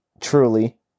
truly